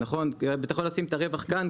אתה יכול לשים את הרווח כאן,